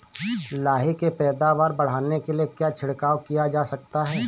लाही की पैदावार बढ़ाने के लिए क्या छिड़काव किया जा सकता है?